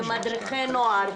ממדריכי נוער,